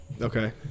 Okay